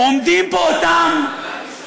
אולי הם ישראלים.